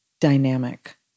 dynamic